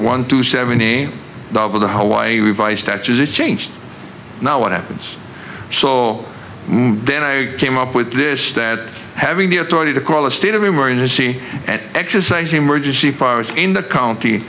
one two seventy double to hawaii by statute it changed now what happens so then i came up with this that having the authority to call a state of emergency and exercise the emergency powers in the county